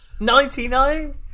Ninety-nine